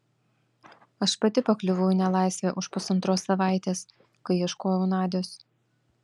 aš pati pakliuvau į nelaisvę už pusantros savaitės kai ieškojau nadios